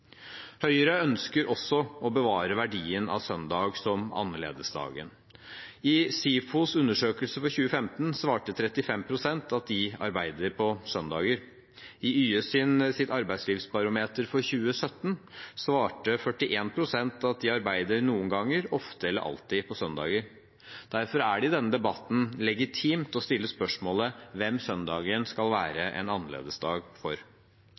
Høyre ønsker også å bevare verdien av søndag som annerledesdagen. I SIFOs undersøkelse for 2015 svarte 35 pst. at de arbeider på søndager. I YS’ arbeidslivsbarometer for 2017 svarte 41 pst. at de arbeider noen ganger, ofte eller alltid på søndager. Derfor er det i denne debatten legitimt å stille spørsmål om hvem søndagen skal være en annerledesdag for.